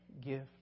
gift